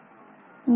iii